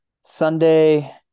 Sunday